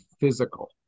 physical